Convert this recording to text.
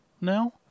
now